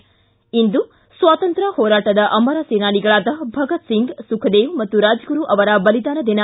ಿ ಇಂದು ಸ್ನಾತ್ರಂತ್ರ್ಯ ಹೋರಾಟದ ಅಮರ ಸೇನಾನಿಗಳಾದ ಭಗತ್ ಸಿಂಗ್ ಸುಖದೇವ್ ಮತ್ತು ರಾಜಗುರು ಅವರ ಬಲಿದಾನ ದಿನ